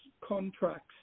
contracts